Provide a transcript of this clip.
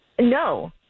No